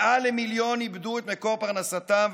מעל למיליון איבדו את מקור פרנסתם,